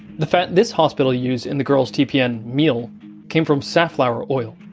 the fat this hospital used in the girl's tpn meal came from safflower oil,